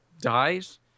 dies